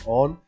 on